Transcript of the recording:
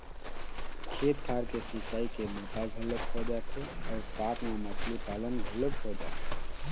खेत खार के सिंचई के बूता घलोक हो जाथे अउ साथ म मछरी पालन घलोक हो जाथे